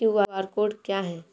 QR code क्या है?